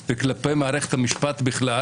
כלפי הרשות השופטת וכלפי מערכת המשפט בכלל.